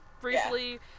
briefly